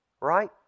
right